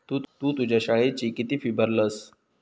तु तुझ्या शाळेची किती फी भरलस?